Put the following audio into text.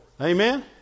Amen